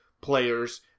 players